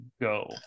go